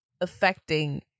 affecting